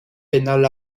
pénal